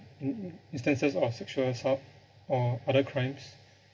in~ instances of sexual assault or other crimes